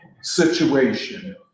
situation